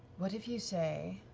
what if you say